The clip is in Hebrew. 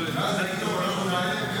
ואז יגידו לו שמעלים,